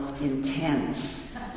intense